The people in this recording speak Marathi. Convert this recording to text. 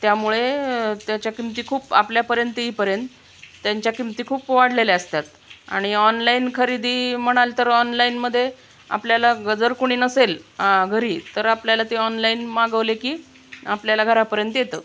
त्यामुळे त्याच्या किमती खूप आपल्यापर्यंत येईपर्यंत त्यांच्या किमती खूप वाढलेल्या असतात आणि ऑनलाईन खरेदी म्हणाल तर ऑनलाईनमध्ये आपल्याला ग जर कोणी नसेल घरी तर आपल्याला ते ऑनलाईन मागवले की आपल्याला घरापर्यंत येतं